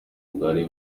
bwari